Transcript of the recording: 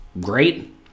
great